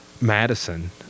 Madison